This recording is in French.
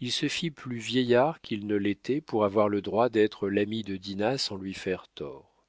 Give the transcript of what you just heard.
il se fit plus vieillard qu'il ne l'était pour avoir le droit d'être l'ami de dinah sans lui faire tort